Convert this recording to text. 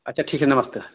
अच्छा ठीक है नमस्ते